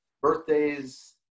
birthdays